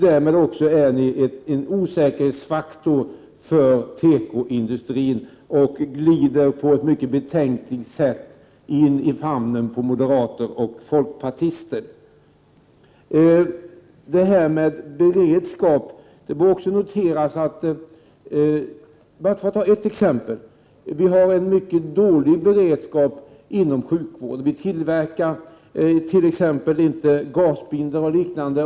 Därmed är socialdemokraterna en osäkerhetsfaktor för tekoindustrin, och de glider på ett betänkligt sätt in i famnen på moderater och folkpartister. När det gäller beredskapen skall jag nämna ett exempel. Sverige har en mycket dålig beredskap inom sjukvården. Det tillverkas i Sverige inte gasbinda och liknande.